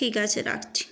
ঠিক আছে রাখছি